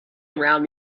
around